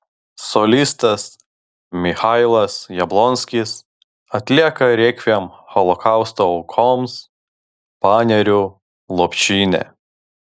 solistas michailas jablonskis atlieka rekviem holokausto aukoms panerių lopšinę